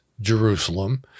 Jerusalem